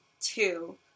two